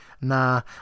nah